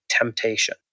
temptation